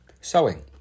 sewing